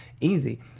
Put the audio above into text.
easy